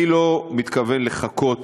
אני לא מתכוון לחכות